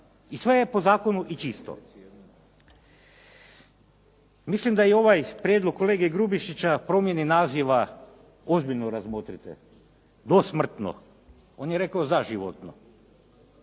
i sve je po zakonu i čisto. Mislim da je ovaj prijedlog kolege Grubišića o promjeni naziva ozbiljno razmotrite. Dosmrtno. On je rekao zaživotno.